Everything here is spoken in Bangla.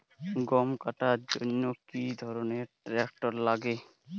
গম কাটার জন্য কি ধরনের ট্রাক্টার লাগে?